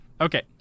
Okay